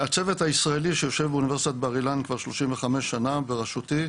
הצוות הישראלי שיושב באוניברסיטת בר אילן כבר 35 שנה בראשותי,